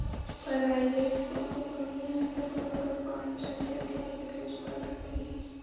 private कोनो company ह तो बरोबर बांड जारी करके पइसा के जुगाड़ करथे ही